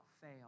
fail